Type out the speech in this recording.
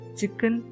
Chicken